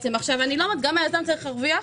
גם היזם צריך להרוויח,